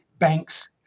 Banks